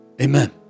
Amen